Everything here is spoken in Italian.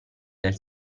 del